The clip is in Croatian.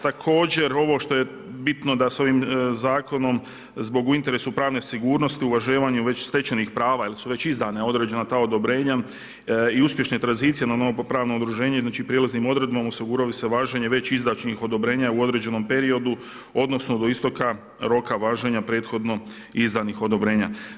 Također ovo što je bitno, da s ovim zakonom zbog u interesu pravne sigurnosti, uvažavanju već stečajnih prava jer su već izdana određena ta odobrenja i uspješne tranzicije na ovo popravno udruženje, znači prijelaznim odredbama osigurali su važenje već izdašnih odobrenja u određenom periodu, odnosno, do isteka roka važenja prethodno izdanih odobrenja.